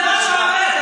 זה משהו אחר.